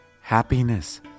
Happiness